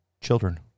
children